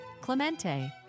Clemente